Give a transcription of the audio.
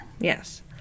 Yes